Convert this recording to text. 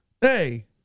Hey